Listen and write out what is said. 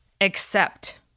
accept